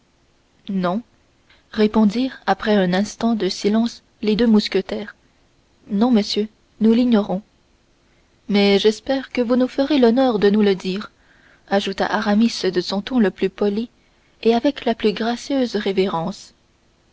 non répondirent après un instant de silence les deux mousquetaires non monsieur nous l'ignorons mais j'espère que vous nous ferez l'honneur de nous le dire ajouta aramis de son ton le plus poli et avec la plus gracieuse révérence